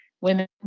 women